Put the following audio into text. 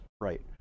right